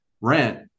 rent